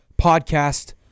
podcast